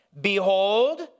Behold